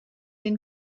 den